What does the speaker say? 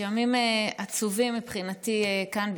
אלה ימים עצובים מבחינתי כאן,